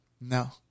no